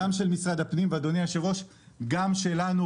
משרד הפנים וגם שלנו,